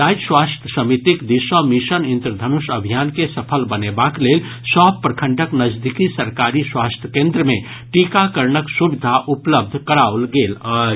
राज्य स्वास्थ्य समितिक दिस सँ मिशन इंद्रधनुष अभियान के सफल बनेबाक लेल सभ प्रखंडक नजदीकी सरकारी स्वास्थ्य केंद्र मे टीकाकरणक सुविधा उपलब्ध कराओल गेल अछि